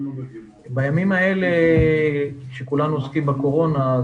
בימים האלה שכולנו עוסקים בקורונה,